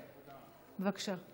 בבקשה.